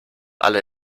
alle